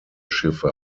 schiffe